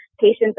patients